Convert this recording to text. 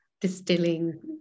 distilling